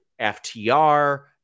FTR